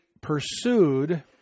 pursued